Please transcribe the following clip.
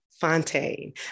Fontaine